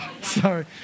Sorry